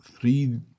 three